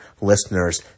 listeners